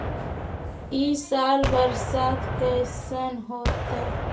ई साल बरसात कैसन होतय?